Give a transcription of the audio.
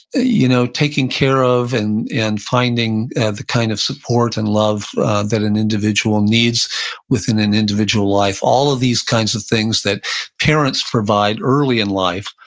you know taking care of and and finding the kind of support and love that an individual needs within an individual life, all of these kinds of things that parents provide early in life,